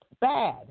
Bad